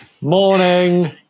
Morning